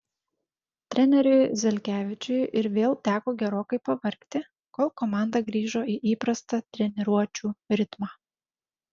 treneriui zelkevičiui ir vėl teko gerokai pavargti kol komanda grįžo į įprastą treniruočių ritmą